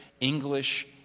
English